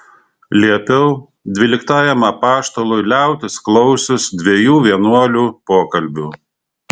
liepiau dvyliktajam apaštalui liautis klausius dviejų vienuolių pokalbių